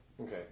Okay